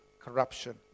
corruption